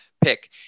pick